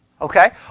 Okay